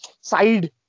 side